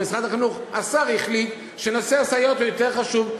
ומשרד החינוך, השר החליט שנושא הסייעות יותר חשוב.